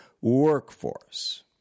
workforce